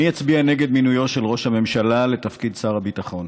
אני אצביע נגד מינויו של ראש הממשלה לתפקיד שר הביטחון.